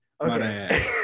Okay